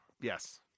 Yes